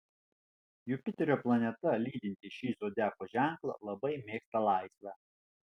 jupiterio planeta lydinti šį zodiako ženklą labai mėgsta laisvę